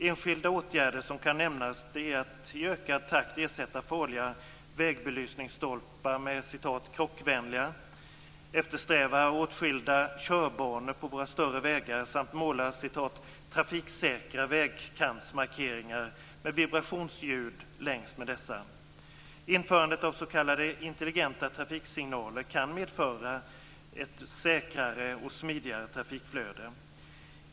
Enskilda åtgärder som kan nämnas är att i ökad takt ersätta farliga vägbelysningsstolpar med "krockvänliga", eftersträva åtskilda körbanor på våra större vägar samt måla "trafiksäkra" vägkantsmarkeringar med vibrationsljud längs med dessa. Införandet av s.k. intelligenta trafiksignaler kan medföra ett säkrare och smidigare trafikflöde.